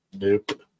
Nope